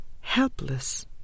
helpless